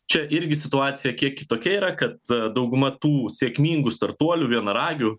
čia irgi situacija kiek kitokia yra kad dauguma tų sėkmingų startuolių vienaragių